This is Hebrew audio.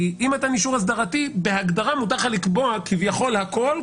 כי אי מתן אישור אסדרתי בהגדרה מותר לך לקבוע כביכול הכול,